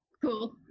Cool